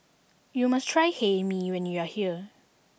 you must try Hae Mee when you are here